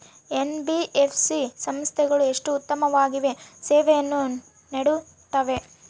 NBFC ಸಂಸ್ಥೆಗಳು ಎಷ್ಟು ಉತ್ತಮವಾಗಿ ಸೇವೆಯನ್ನು ನೇಡುತ್ತವೆ?